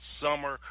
summer